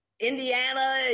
Indiana